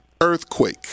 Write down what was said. earthquake